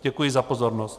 Děkuji za pozornost.